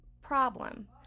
problem